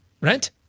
rent